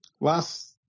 last